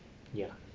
ya